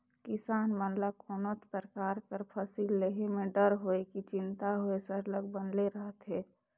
किसान मन ल कोनोच परकार कर फसिल लेहे में डर होए कि चिंता होए सरलग बनले रहथे